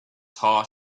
heart